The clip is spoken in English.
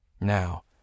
Now